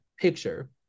picture